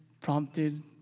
prompted